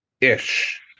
ish